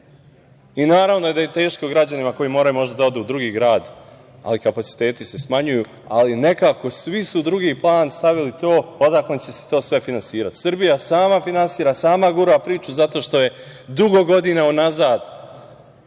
Naravno da je teško građanima koji moraju možda da odu u drugi grad, ali kapaciteti se smanjuju, ali nekako svi su u drugi plan stavili to odakle će se to sve finansirati. Srbija sama finansira, sama gura priču, zato što je drugo godina unazad